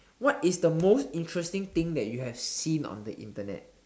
what is the most interesting thing that you have seen on the Internet